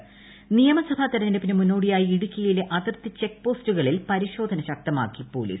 Idukki intro നിയമസഭ തെരഞ്ഞെടുപ്പിന് മുന്നോടിയായി ഇടുക്കിയിലെ അതിർത്തി ചെക്ക്പോസ്റ്റുകളിൽ പരിശോധന ശക്തമാക്കി പോലീസ്